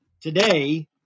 today